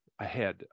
ahead